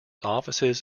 offices